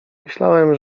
myślałem